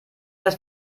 das